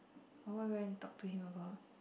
for what went and talk to him about